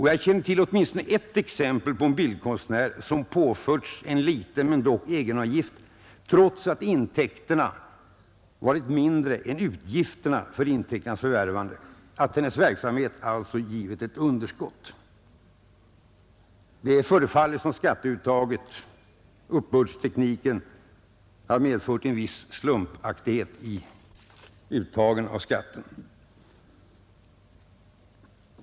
Jag känner till åtminstone ett exempel på en bildkonstnär som påförts en liten men dock egenavgift trots att intäkterna varit mindre än utgifterna för intäkternas förvärvande — och hennes verksamhet alltså givit ett underskott. Det förefaller onekligen som om uppbördstekniken har medfört en viss slumpmässighet i uttagen av egenavgifterna.